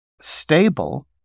stable